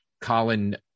Colin